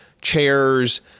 chairs